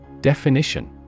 Definition